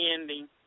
ending